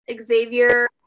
Xavier